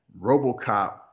Robocop